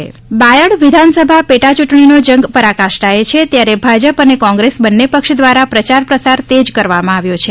બાયડ બાયડ વિધાનસભા પેટા ચૂંટણીનો જંગ પરાકાષ્ટએ છે ત્યારે ભાજપ અને કોંગ્રેસ બન્ને પક્ષ દ્વારા પ્રચાર પ્રસાર તેજ કરવામાં આવ્યો છે